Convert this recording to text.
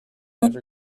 ever